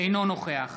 אינו נוכח